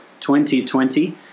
2020